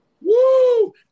woo